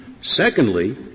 Secondly